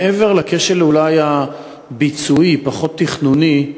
מעבר לכשל, אולי, הביצועי, פחות התכנוני,